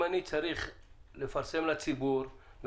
אם אני צריך לפרסם לציבור,